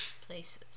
Places